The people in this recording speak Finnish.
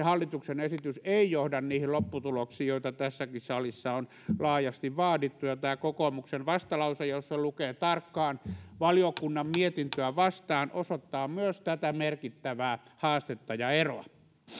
hallituksen esitys ei johda niihin lopputuloksiin joita tässäkin salissa on laajasti vaadittu ja tämä kokoomuksen vastalause jos sen lukee tarkkaan valiokunnan mietintöä vasten osoittaa myös tätä merkittävää haastetta ja eroa